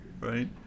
right